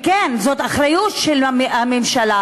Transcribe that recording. וכן, זאת אחריות של הממשלה,